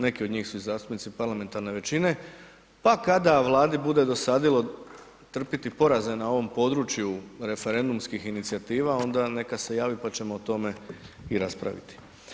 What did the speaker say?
Neke od njih su zastupnici parlamentarne većine, pa kada Vladi bude dosadilo trpiti poraze na ovom području referendumskih inicijativa onda neka se javi pa ćemo o tome i raspraviti.